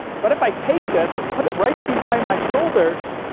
but if i take this and put it right behind my shoulders,